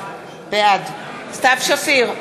בעד סתיו שפיר,